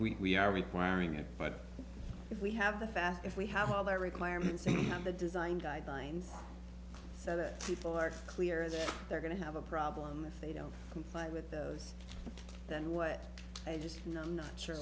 record we are requiring it but if we have the fast if we have all the requirements of the design guidelines so that people are clear if they're going to have a problem if they don't comply with those then what i just you know i'm not sure